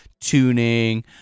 tuning